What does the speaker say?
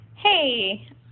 Hey